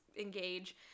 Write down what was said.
engage